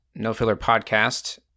NoFillerPodcast